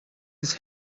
his